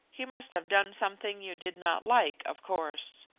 he must have done something you did not like, of course.